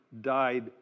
died